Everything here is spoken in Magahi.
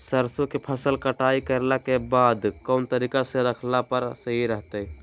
सरसों के फसल कटाई करला के बाद कौन तरीका से रखला पर सही रहतय?